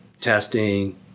testing